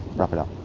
wrap it up.